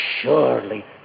surely